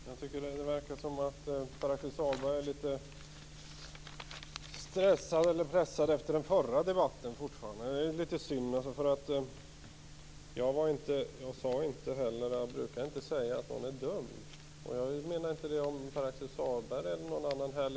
Herr talman! Det verkar som om Pär-Axel Sahlberg fortfarande är litet stressad eller pressad efter den förra debatten. Det är litet synd. Jag sade inte, och jag brukar inte säga, att någon är dum. Jag menar inte det om vare sig Pär-Axel Sahlberg eller någon annan.